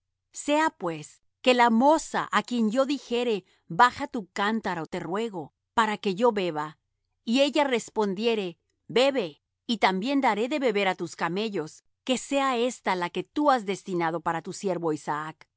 sea pues que la moza á quien yo dijere baja tu cántaro te ruego para que yo beba y ella respondiere bebe y también daré de beber á tus camellos que sea ésta la que tú has destinado para tu siervo isaac y